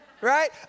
right